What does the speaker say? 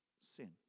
sin